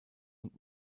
und